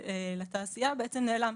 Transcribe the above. לתעשייה בעצם נעלם.